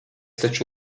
taču